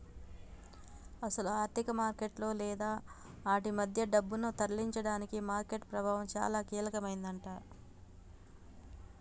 అసలు ఆర్థిక మార్కెట్లలో లేదా ఆటి మధ్య డబ్బును తరలించడానికి మార్కెట్ ప్రభావం చాలా కీలకమైందట